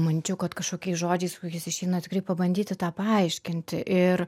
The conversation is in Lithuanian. manyčiau kad kažkokiais žodžiais kokiais išeina tikrai pabandyti tą paaiškinti ir